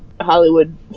Hollywood